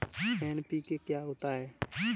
NPK क्या होता है?